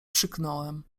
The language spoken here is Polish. krzyknąłem